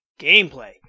Gameplay